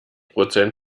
prozent